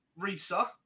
Risa